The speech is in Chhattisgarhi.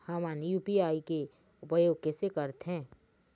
हमन यू.पी.आई के उपयोग कैसे करथें?